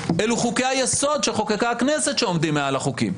אלו חוקי היסוד שחוקקה הכנסת שעומדים מעל החוקים.